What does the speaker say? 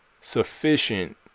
sufficient